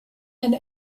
and